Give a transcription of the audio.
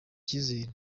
icyizere